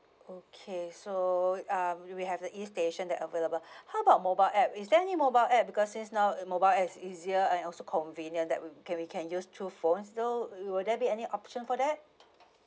okay so um we have the e station that available how about mobile app is there any mobile app because since now mobile app is easier and also convenient that we can we can use through phones though wi~ will there be any option for that